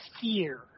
fear